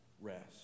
rest